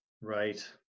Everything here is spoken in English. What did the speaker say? Right